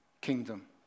kingdom